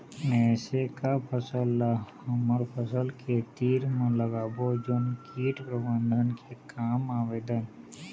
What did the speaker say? ऐसे का फसल ला हमर फसल के तीर मे लगाबो जोन कीट प्रबंधन के काम आवेदन?